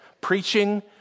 Preaching